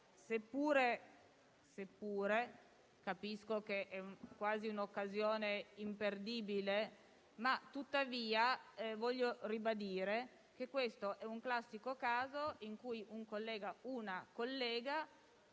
seppure capisco che è quasi un'occasione imperdibile. Tuttavia, voglio ribadire che è un classico caso in cui una collega in una